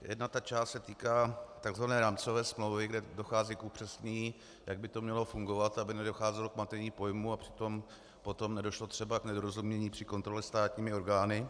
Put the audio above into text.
Jedna část se týká tzv. rámcové smlouvy, kde dochází k upřesnění, jak by to mělo fungovat, aby nedocházelo k matení pojmů a potom nedošlo třeba k nedorozumění při kontrole státními orgány.